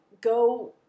go